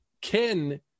Ken